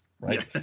right